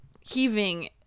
heaving